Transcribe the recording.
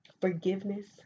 forgiveness